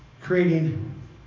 Creating